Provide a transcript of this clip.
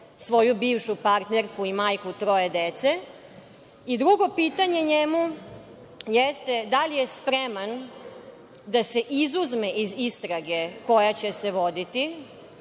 svoju bivšu partnerku i majku troje dece. **Aleksandra Jerkov** Drugo pitanje njemu jeste – da li je spreman da se izuzme iz istrage koja će se voditi,